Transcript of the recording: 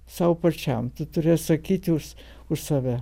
sau pačiam tu turi atsakyti už už save